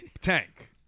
tank